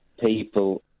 people